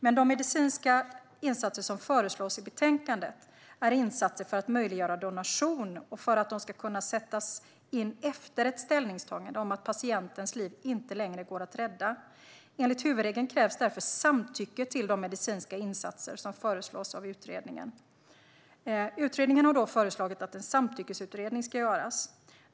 Men de medicinska insatser som föreslås i betänkandet är insatser för att möjliggöra donation och för att de ska kunna sättas in efter ett ställningstagande om att patientens liv inte längre går att rädda. Enligt huvudregeln krävs därför samtycke till de medicinska insatser som föreslås av utredningen. Utredningen har föreslagit att en samtyckesutredning ska göras.